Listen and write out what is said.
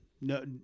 No